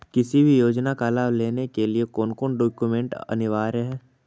किसी भी योजना का लाभ लेने के लिए कोन कोन डॉक्यूमेंट अनिवार्य है?